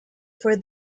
for